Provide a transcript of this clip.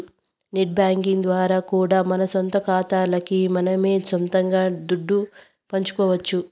net banking ద్వారా కూడా మన సొంత కాతాలకి మనమే సొయంగా దుడ్డు పంపుకోవచ్చు